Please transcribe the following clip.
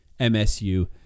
MSU